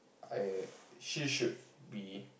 I she should be